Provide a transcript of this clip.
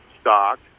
stock